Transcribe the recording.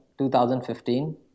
2015